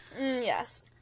Yes